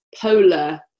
polar